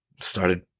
started